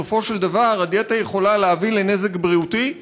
בסופו של דבר הדיאטה יכולה להביא לנזק בריאותי,